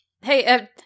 Hey